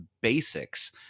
basics